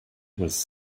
was